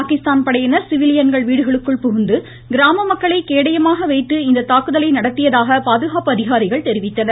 பாகிஸ்தான் படையினர் சிவிலியன்கள் வீடுகளுக்குள் புகுந்து கிராம மக்களை கேடயமாக வைத்து இந்த தாக்குதலை நடத்தியதாக பாதுகாப்பு அதிகாரிகள் தெரிவித்தனர்